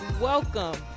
welcome